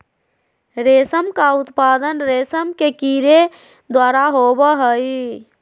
रेशम का उत्पादन रेशम के कीड़े द्वारा होबो हइ